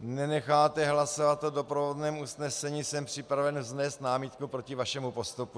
nenecháte hlasovat o doprovodném usnesení, jsem připraven vznést námitku proti vašemu postupu.